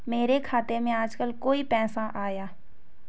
मेरे खाते में आजकल कोई पैसा आया?